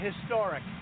historic